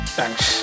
Thanks